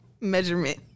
measurement